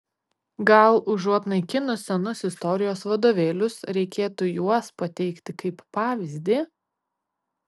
gal užuot naikinus senus istorijos vadovėlius reikėtų juos pateikti kaip pavyzdį